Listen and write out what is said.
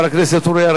אם כן, רבותי,